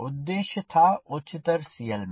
उद्देश्य था उच्चतर CLmax